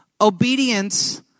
Obedience